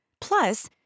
Plus